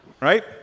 right